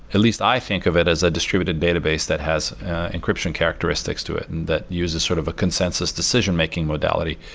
at least i think of it as a distributed database that has encryption characteristics to it and that uses sort of a consensus decision making modality.